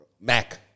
Mac